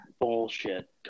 Bullshit